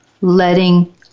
letting